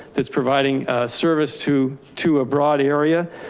that's providing service to, to abroad area,